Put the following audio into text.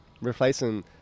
replacing